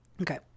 Okay